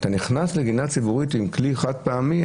אתה נכנס לגינה ציבורית עם כלי חד-פעמי,